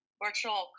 virtual